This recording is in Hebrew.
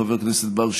חבר הכנסת בר,